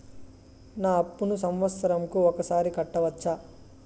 నా అప్పును సంవత్సరంకు ఒకసారి కట్టవచ్చా?